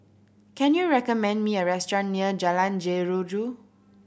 can you recommend me a restaurant near Jalan Jeruju